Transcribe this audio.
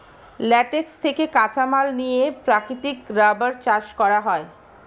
latex থেকে কাঁচামাল নিয়ে প্রাকৃতিক রাবার চাষ করা হয়